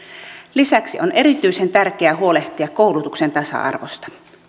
lisäksi on erityisen tärkeää huolehtia koulutuksen tasa arvosta